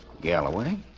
Galloway